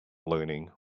learning